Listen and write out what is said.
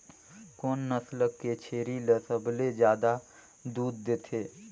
कोन नस्ल के छेरी ल सबले ज्यादा दूध देथे?